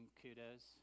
kudos